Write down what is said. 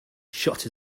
shut